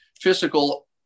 physical